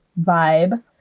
vibe